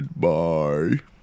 goodbye